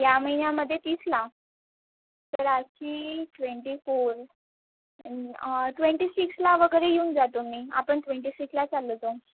या महिन्यामध्ये तीसला तर आजची ट्वेंटी फोर ट्वेंटी सिक्सला वगैरे येऊन जा तुम्ही आपण ट्वेंटी सिक्सला चाललं जाऊ